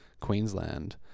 Queensland